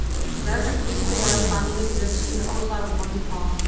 ज्यादातर कीट के दवाई पानी में घुलनशील आउर सार्वभौमिक ह?